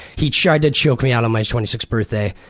he tried to choke me out of my twenty sixth birthday.